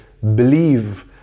believe